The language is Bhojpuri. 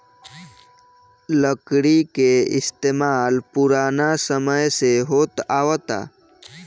लकड़ी के इस्तमाल पुरान समय से होत आवता